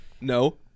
No